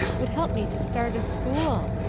would help me to start a school.